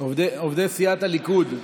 עובדי סיעת הליכוד,